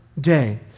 day